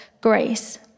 grace